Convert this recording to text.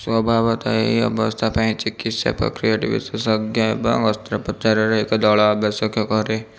ସ୍ୱଭାବତଃ ଏହି ଅବସ୍ଥା ପାଇଁ ଚିକିତ୍ସା ପ୍ରକ୍ରିୟାଟି ବିଶେଷଜ୍ଞ ଏବଂ ଅସ୍ତ୍ରୋପଚାରର ଏକ ଦଳ ଆବଶ୍ୟକୀୟ କରେ